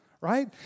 right